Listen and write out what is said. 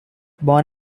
born